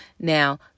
Now